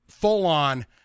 full-on